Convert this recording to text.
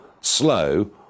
slow